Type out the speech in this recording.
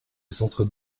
centre